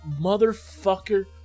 motherfucker